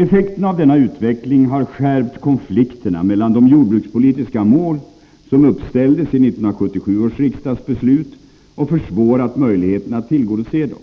Effekterna av denna utveckling har skärpt konflikterna mellan de jordbrukspolitiska mål som uppställdes i 1977 års riksdagsbeslut och försvårat möjligheterna att tillgodose dem.